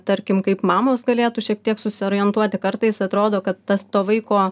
tarkim kaip mamos galėtų šiek tiek susiorientuoti kartais atrodo kad tas to vaiko